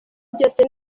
byose